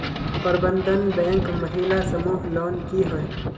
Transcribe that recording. प्रबंधन बैंक महिला समूह लोन की होय?